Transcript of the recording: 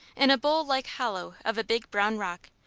in a bowl-like hollow of a big brown rock,